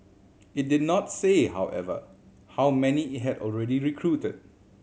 it did not say however how many it had already recruited